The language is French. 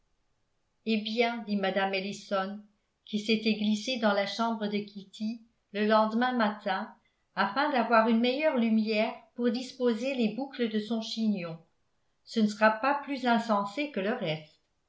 eh bien dit mme ellison qui s'était glissée dans la chambre de kitty le lendemain matin afin d'avoir une meilleure lumière pour disposer les boucles de son chignon ce ne sera pas plus insensé que le reste